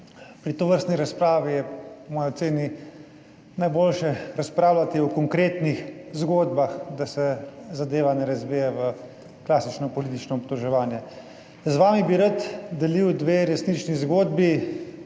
Pri tovrstni razpravi je po moji oceni najboljše razpravljati o konkretnih zgodbah, da se zadeva ne razvije v klasično politično obtoževanje. Z vami bi rad delil dve resnični zgodbi,